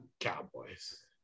Cowboys